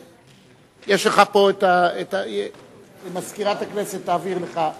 יש לך פה, מזכירת הכנסת תעביר לך.